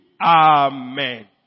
Amen